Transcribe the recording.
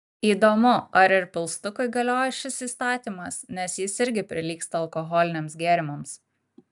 įdomu ar ir pilstukui galioja šis įstatymas nes jis irgi prilygsta alkoholiniams gėrimams